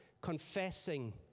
confessing